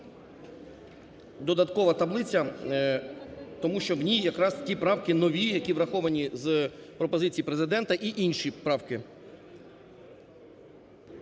додаткова таблиця, тому що в ній якраз ті правки нові, які враховані з пропозицій Президента, і інші правки.